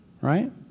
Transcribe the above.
Right